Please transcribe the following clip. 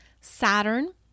Saturn